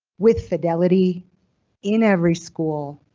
with fidelity in every school,